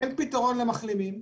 אין פתרון למחלימים.